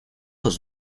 was